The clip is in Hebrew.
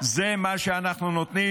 זה מה שאנחנו נותנים.